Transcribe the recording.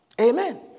Amen